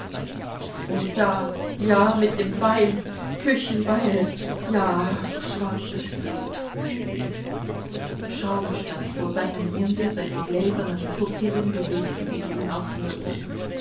und da ja mit dem beil küchenbeil ja schwarzes blut schaum stand vor seinem munde seine gläsernen pupillen bewegten sich unaufhörlich